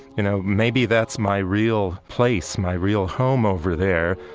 you know, maybe that's my real place, my real home over there.